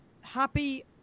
happy